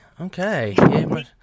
Okay